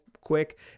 quick